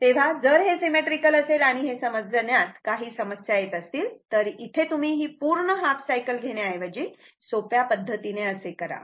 तेव्हा जर हे सिमेट्रीकल असेल आणि हे समजण्यात काही समस्या येत असतील तर इथे तुम्ही ही पूर्ण हाफ सायकल घेण्याऐवजी सोप्या पद्धतीने असे करा